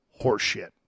horseshit